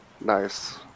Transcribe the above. Nice